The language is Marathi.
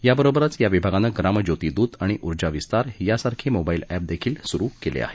याबरोबरच या विभागानं ग्रामज्योती दूत आणि ऊर्जा विस्तार सारखे मोबाईल अधि देखील सुरु केले आहेत